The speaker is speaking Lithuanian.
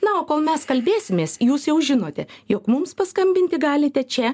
na o kol mes kalbėsimės jūs jau žinote jog mums paskambinti galite čia